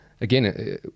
again